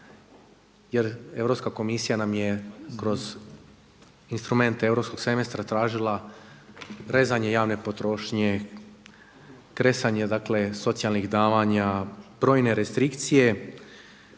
Jer Europska komisija nam je kroz instrumente europskog semestra tražila rezanje javne potrošnje, kresanje socijalnih davanja, brojne restrikcije